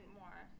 more